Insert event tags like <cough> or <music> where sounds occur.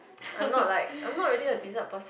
<laughs>